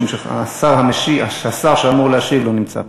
משום שהשר שהיה אמור להשיב לא נמצא פה.